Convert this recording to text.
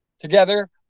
Together